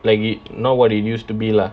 like is not what it used to be lah